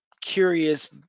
curious